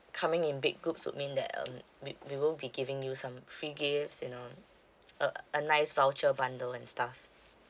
coming in big groups would mean that um we we will be giving you some free gifts you know a a nice voucher bundle and stuff